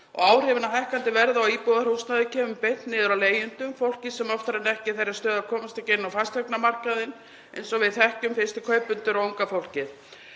áhrifin af hækkandi verði á íbúðarhúsnæði kemur beint niður á leigjendum, fólki sem oftar en ekki er í þeirri stöðu að komast ekki inn á fasteignamarkaðinn, eins og við þekkjum, fyrstu kaupendur og unga fólkið.